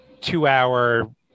two-hour